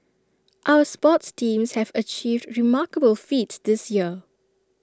our sports teams have achieved remarkable feats this year